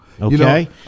Okay